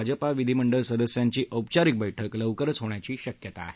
भाजपा विधीमंडळ सदस्यांची औपचारिक बैठक लवकरच होण्याची शक्यता आहे